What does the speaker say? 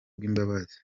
bw’imbabazi